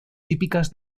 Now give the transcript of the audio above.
típicas